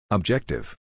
Objective